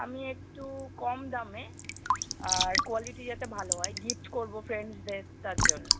আমি একটু কম দামে আর কোয়ালিটি যাতে ভালো হয় গিফট করবো ফ্রেন্ডসদের তার জন্যে